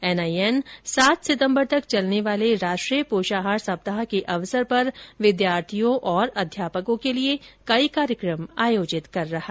NIN सात सितम्बर तक चलने वाले राष्ट्रीय पोषाहार सप्ताह के अवसर पर विद्यार्थियों और अध्यापकों के लिए कई कार्यक्रम आयोजित कर रहा है